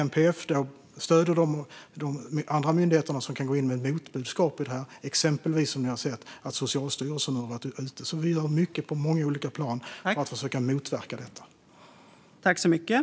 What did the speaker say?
MPF stöder andra myndigheter som kan gå in med motbudskap, och exempelvis har Socialstyrelsen gjort så. Vi gör mycket på många olika plan för att försöka motverka kampanjen.